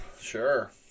Sure